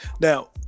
Now